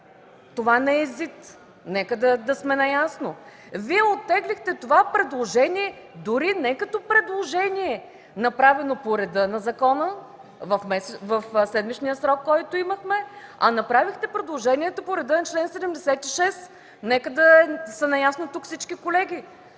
допълнение, нека да сме наясно! Вие оттеглихте това предложение дори не като предложение, направено по реда на закона в седмичния срок, който имахме, а направихте предложението по реда на чл. 76. Нека тук да са наясно всички колеги